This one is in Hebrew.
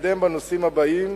להתקדם בנושאים הבאים,